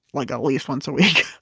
like at least once a week